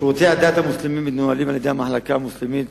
2. שירותי הדת המוסלמיים מנוהלים על-ידי המחלקה המוסלמית